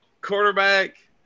Quarterback